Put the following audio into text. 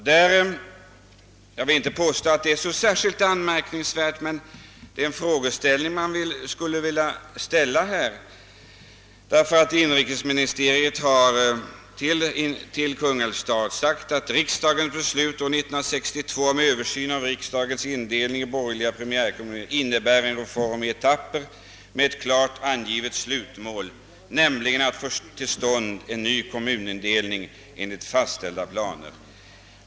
Frågan är inte så anmärkningsvärd, men man skulle vilja aktualisera den här, eftersom inrikesdepartementet till Kungälvs stad har sagt att »riksdagens beslut år 1962 om översyn av rikets indelning i borgerliga primärkommuner innebär en reform i etapper med ett klart angivet slutmål, nämligen att få till stånd en ny kommunindelning enligt fastställda planer».